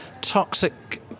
toxic